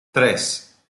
tres